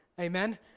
Amen